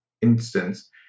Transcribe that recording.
instance